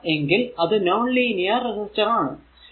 അല്ല എങ്കിൽ അത് നോൺ ലീനിയർ റെസിസ്റ്റർ ആണ്